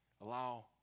allow